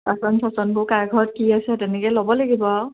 বাচন চাচনবোৰ কাৰ ঘৰত কি আছে তেনেকৈ ল'ব লাগিব আৰু